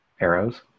arrows